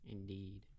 Indeed